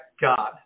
God